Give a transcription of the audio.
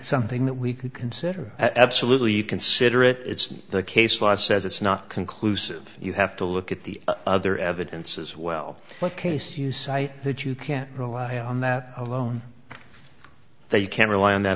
something that we could consider absolutely considerate it's the case law says it's not conclusive you have to look at the other evidence as well what case you cite that you can't rely on that alone that you can rely on that